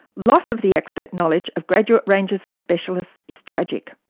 loss of the expert knowledge of graduate rangers and specialists is tragic.